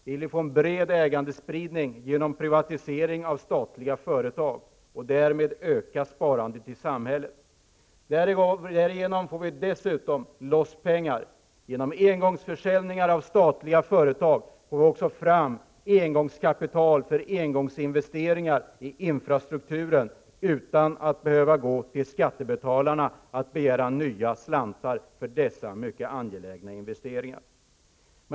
Vi vill få en bred ägandespridning genom privatisering av statliga företag och därmed öka sparandet i samhället. Därigenom får vi dessutom loss pengar. Genom engångsförsäljningar av statliga företag får vi fram engångskapital för engångsinvesteringar i infrastrukturen, utan att behöva gå till skattebetalarna och begära nya slantar för dessa mycket angelägna investeringar.